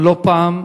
אבל לא פעם,